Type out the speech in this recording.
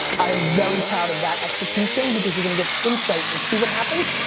i'm very proud of that execution, because you're gonna get insight and see what happens.